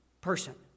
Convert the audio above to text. person